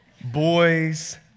boys